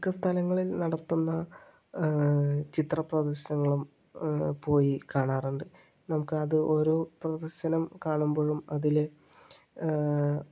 മിക്ക സ്ഥലങ്ങളിൽ നടത്തുന്ന ചിത്ര പ്രദർശനങ്ങളും പോയി കാണാറുണ്ട് നമുക്കത് ഓരോ പ്രദർശനം കാണുമ്പോഴും അതിൽ